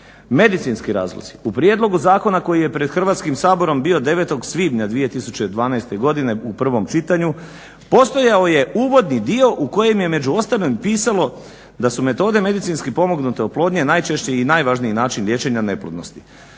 Medicinski razlozi. U prijedlogu zakona koji je pred Hrvatskim saborom bio 9. svibnja 2012. godine u prvom čitanju postojao je uvodni dio u kojem je među ostalim pisalo da su metode medicinski pomognute oplodnje najčešći i najvažniji način liječenja neplodnosti.